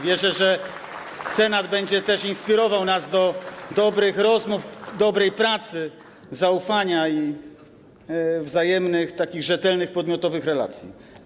Wierzę, że Senat będzie nas inspirował do dobrych rozmów, dobrej pracy, zaufania i wzajemnych rzetelnych, podmiotowych relacji.